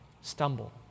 stumble